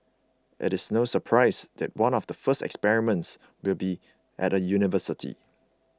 it is no surprise that one of the first experiments will be at a university